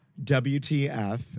WTF